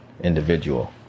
individual